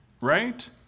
Right